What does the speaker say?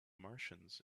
martians